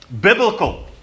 Biblical